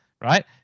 right